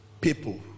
people